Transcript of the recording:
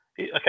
okay